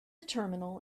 terminal